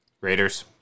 Raiders